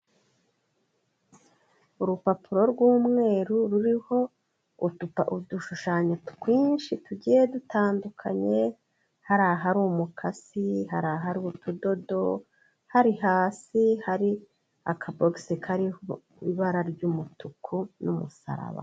Urupapuro rw'umweru ruriho udushushanyo twinshi tugiye dutandukanye, hari ahari umukasi, hari ahari utudodo, hari hasi hari akabogisi kariho ibara ry'umutuku n'umusaraba.